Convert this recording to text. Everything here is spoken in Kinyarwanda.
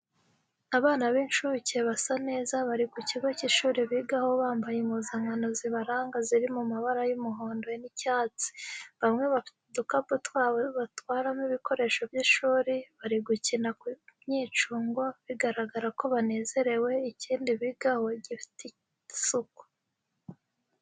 Abana b'incuke basa neza bari ku kigo cy'ishuri bigaho bambaye impuzankano zibaranga ziri mu mabara y'umuhondo n'icyatsi, bamwe bafite udukapu twabo batwaramo ibikoresho by'ishuri, bari gukina ku myicungo bigaragara ko banezerewe, ikigo bigaho gifite isuku.